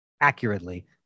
accurately